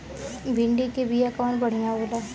भिंडी के बिया कवन बढ़ियां होला?